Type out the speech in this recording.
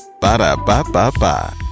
Ba-da-ba-ba-ba